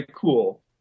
cool